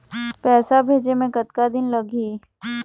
पैसा भेजे मे कतका दिन लगही?